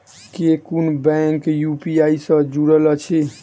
केँ कुन bank UPI सँ जुड़ल अछि?